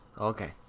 Okay